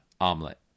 omelet